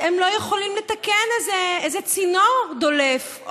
שהם לא יכולים לתקן איזה צינור דולף,